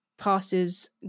Passes